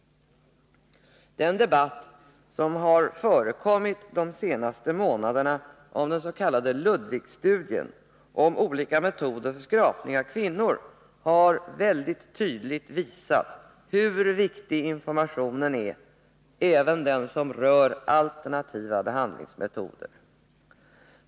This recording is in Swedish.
Den debatt som under de senaste månaderna förekommit om den s.k. Ludwigstudien om olika metoder för skrapning av kvinnor har mycket tydligt visat hur viktig informationen är — även den som rör alternativa behandlingsmetoder.